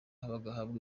bagahabwa